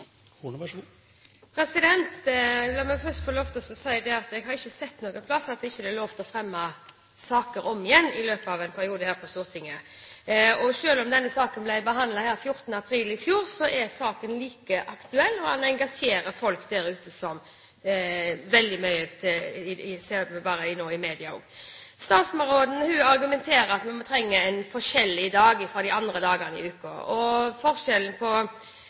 lov til å fremme saker om igjen i løpet av en periode her på Stortinget. Selv om denne saken ble behandlet her på Stortinget 14. april i fjor, er saken like aktuell, og den engasjerer folk sterkt der ute. Det ser vi også i media. Statsråden argumenterer med at vi trenger en dag som er forskjellig fra de andre dagene i uken. Forskjellen er at om søndagen kan butikkene være på 100 m2, mens de kan være mye større de andre dagene.